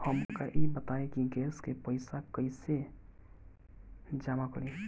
हमका ई बताई कि गैस के पइसा कईसे जमा करी?